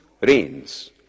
reigns